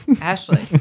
Ashley